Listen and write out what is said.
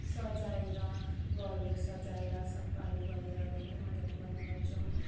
सजाएर घरहरू सजाएर सफाहरू गरेर धेरै मजाहरू गर्ने गर्छौँ